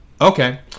okay